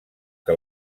que